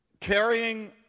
carrying